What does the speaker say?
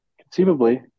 conceivably